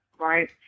right